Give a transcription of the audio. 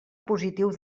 positiu